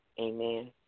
Amen